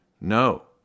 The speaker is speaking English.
No